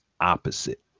opposite